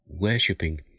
worshipping